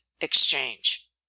exchange